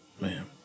man